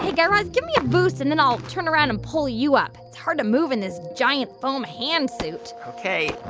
guy raz, give me a boost, and then i'll turn around and pull you up. it's hard to move in this giant foam hand suit ok